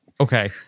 Okay